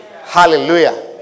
Hallelujah